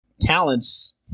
talents